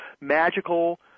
magical